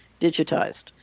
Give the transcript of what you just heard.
digitized